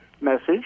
message